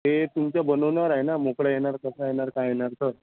ते तुमच्या बनवणार आहे ना मोकळा येणार कसा येणार काय येणार तर